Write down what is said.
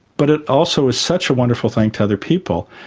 but it also is such a wonderful thing to other people.